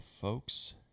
folks